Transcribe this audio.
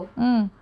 mm